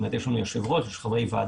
זאת אומרת, יש לנו יושב ראש, יש חברי ועדה,